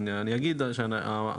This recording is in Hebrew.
אני אגיד שהמחלוקות,